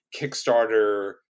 Kickstarter